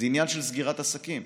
זה עניין של סגירת עסקים.